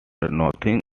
nothing